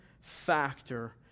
factor